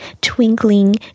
twinkling